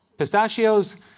Pistachios